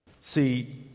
See